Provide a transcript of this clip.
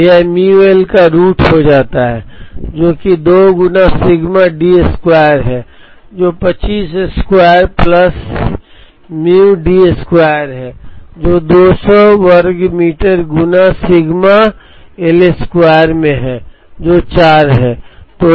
तो यह μ Lका रूट हो जाता है जो कि 2 गुणा सिग्मा D स्क्वायर है जो 25 square plus mu D square है जो 200 वर्ग मीटर गुणा सिग्मा L स्क्वायर में है जो 4 है